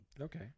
Okay